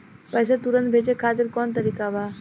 पैसे तुरंत भेजे खातिर कौन तरीका बा?